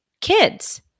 kids